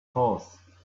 horse